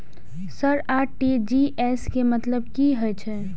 Sir RTGS के मतलब की हे छे?